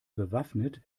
bewaffnet